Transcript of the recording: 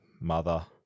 mother